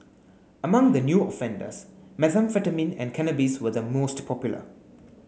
among the new offenders methamphetamine and cannabis were the most popular